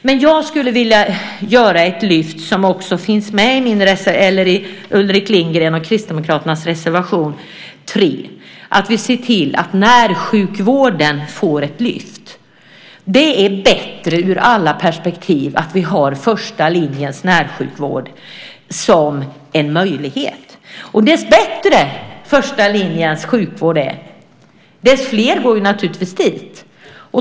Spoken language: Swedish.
Men jag skulle vilja, vilket också finns med i Ulrik Lindgrens och Kristdemokraternas reservation 3, att vi ser till att närsjukvården får ett lyft. Det är bättre ur alla perspektiv att vi har första linjens närsjukvård som en möjlighet. Ju bättre första linjens sjukvård är, desto fler går naturligtvis dit.